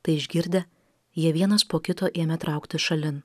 tai išgirdę jie vienas po kito ėmė trauktis šalin